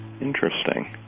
Interesting